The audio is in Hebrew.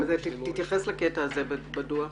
תתייחס לקטע הזה בדוח.